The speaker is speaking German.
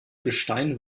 gestein